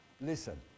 listen